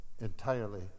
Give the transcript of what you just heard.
entirely